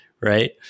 right